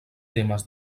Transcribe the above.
temes